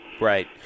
Right